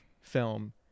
film